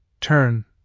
turn